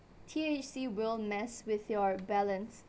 T_H_C will mess with your balance